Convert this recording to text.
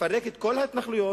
לפרק את כל ההתנחלויות,